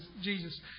Jesus